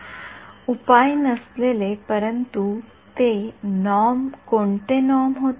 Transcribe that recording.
विद्यार्थी उपाय नसलेले उपाय नसलेले परंतु ते कोणते नॉर्महोते